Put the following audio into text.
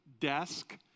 desk